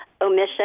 omission